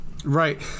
Right